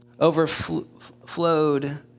overflowed